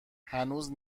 هنوز